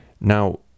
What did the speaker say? Now